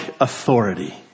authority